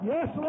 Yes